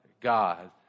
God